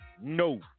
No